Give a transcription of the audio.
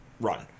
run